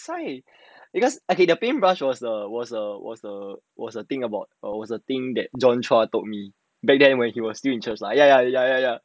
that's why because okay the paintbrush was a was a was a was a thing about was a thing that john chua told me back then when he was still in church ah ya ya ya ya ya